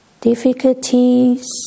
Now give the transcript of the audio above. difficulties